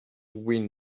wind